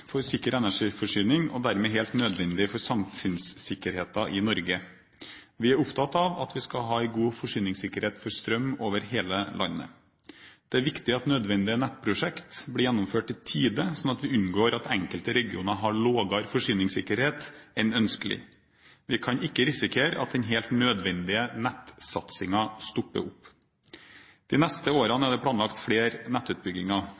for sikker energiforsyning og dermed helt nødvendig for samfunnssikkerheten i Norge. Vi er opptatt av at vi skal ha god forsyningssikkerhet for strøm over hele landet. Det er viktig at nødvendige nettprosjekter blir gjennomført i tide, slik at vi unngår at enkelte regioner har lavere forsyningssikkerhet enn ønskelig. Vi kan ikke risikere at den helt nødvendige nettsatsingen stopper opp. De neste årene er det planlagt flere nettutbygginger.